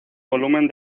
volumen